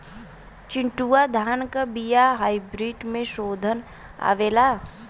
चिन्टूवा धान क बिया हाइब्रिड में शोधल आवेला?